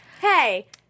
Hey